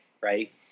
Right